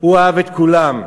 הוא אהב את כולם.